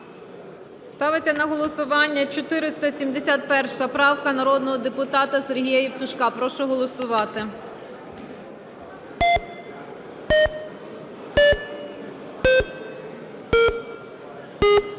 Ставиться на голосування 471 правка народного депутат Сергія Євтушка. Прошу голосувати.